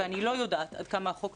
אני אומרת מחשיפה אישית.